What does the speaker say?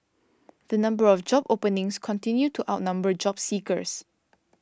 the number of job openings continued to outnumber job seekers